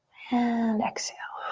and exhale.